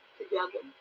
together